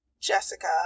Jessica